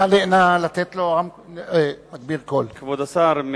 כבוד השר,